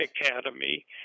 academy